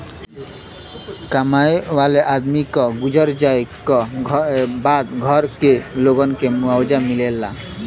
कमाए वाले आदमी क गुजर जाए क बाद घर के लोगन के मुआवजा मिलेला